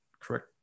correct